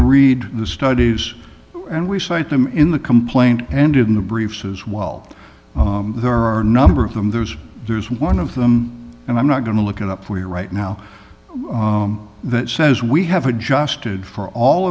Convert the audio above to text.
read the studies and we cite them in the complaint and in the brief says well there are number of them there's there's one of them and i'm not going to look it up for you right now that says we have adjusted for all